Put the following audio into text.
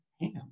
ham